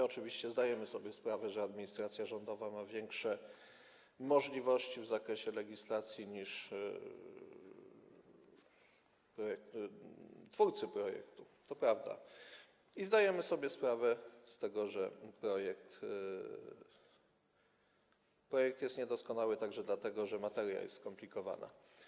Oczywiście zdajemy sobie sprawę, że administracja rządowa ma większe możliwości w zakresie legislacji niż twórcy projektu, to prawda, i zdajemy sobie sprawę z tego, że projekt jest niedoskonały także dlatego, że materia jest skomplikowana.